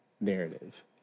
narrative